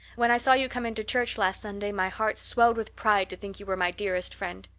when i saw you come into church last sunday my heart swelled with pride to think you were my dearest friend.